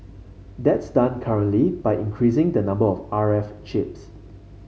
that's done currently by increasing the number of R F chips